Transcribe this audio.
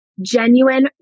genuine